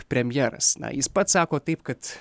premjeras na jis pats sako taip kad